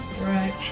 Right